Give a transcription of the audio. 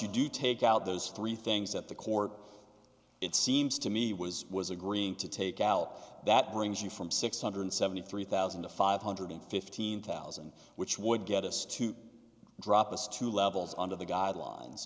you do take out those three things that the court it seems to me was was agreeing to take out that brings you from six hundred seventy three thousand to five hundred fifteen thousand which would get us to drop us to levels under the guidelines